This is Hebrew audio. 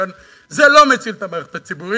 כאן זה לא מציל את המערכת הציבורית,